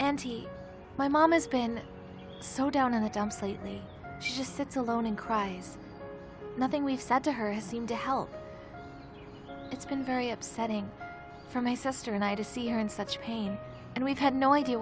he my mom has been so down in the dumps lately she just sits alone and cries nothing we've said to her seemed to help it's been very upsetting for my sister and i to see her in such pain and we've had no idea